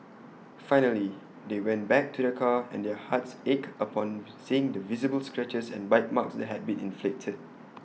finally they went back to their car and their hearts ached upon seeing the visible scratches and bite marks that had been inflicted